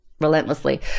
relentlessly